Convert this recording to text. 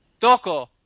doko